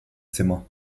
zimmer